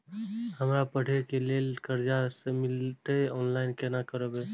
हमरा पढ़े के लेल कर्जा जे मिलते ऑनलाइन केना करबे?